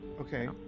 Okay